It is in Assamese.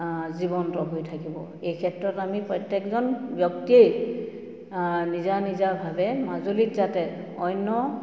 জীৱন্ত হৈ থাকিব এই ক্ষেত্ৰত আমি প্ৰত্যেকজন ব্যক্তিয়েই নিজা নিজাভাৱে মাজুলীত যাতে অন্য